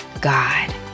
God